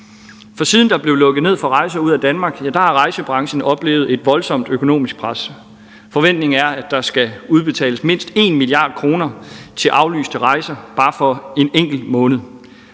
For siden der blev lukket ned for rejser ud af Danmark, har rejsebranchen oplevet et voldsomt økonomisk pres. Forventningen er, at der skal udbetales mindst 1 mia. kr. til aflyste rejser bare for en enkelt måned.